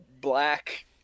black